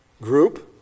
group